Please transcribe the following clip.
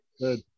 good